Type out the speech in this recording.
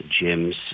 gyms